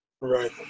Right